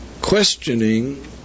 questioning